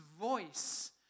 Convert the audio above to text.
voice